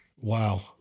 Wow